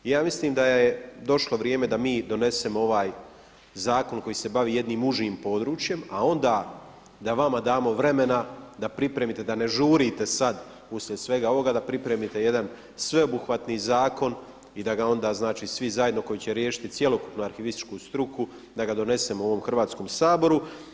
I ja mislim da je došlo vrijeme da mi donesemo ovaj zakon koji se bavi jednim užim područjem a onda da vama damo vremena da pripremite, da ne žurite sada uslijed svega ovoga, da pripremite jedan sveobuhvatni zakon i da ga onda, znači svi zajedno koji će riješiti cjelokupnu arhivističku struku da ga donesemo u ovom Hrvatskom saboru.